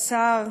השר,